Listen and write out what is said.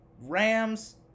Rams